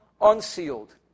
unsealed